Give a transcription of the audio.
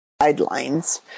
guidelines